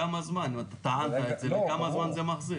כמה זמן טענת את זה וכמה זמן זה מחזיק.